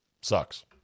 sucks